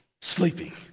sleeping